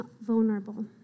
vulnerable